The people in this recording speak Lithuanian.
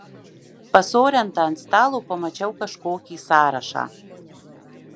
pas orentą ant stalo pamačiau kažkokį sąrašą